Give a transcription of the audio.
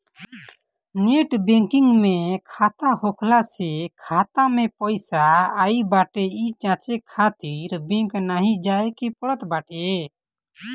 net banking में खाता होखला से खाता में पईसा आई बाटे इ जांचे खातिर बैंक नाइ जाए के पड़त बाटे